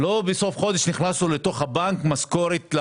בסוף החודש.